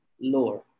lower